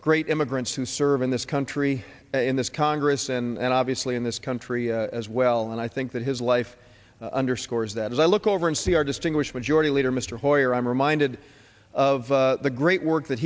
great immigrants who serve in this country in this congress and obviously in this country as well and i think that his life underscores that as i look over and see our distinguished majority leader mr hoyer i'm reminded of the great work that